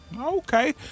Okay